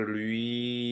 lui